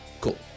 Cool